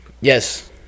Yes